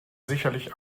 sicherlich